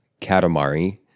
Katamari